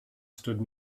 stood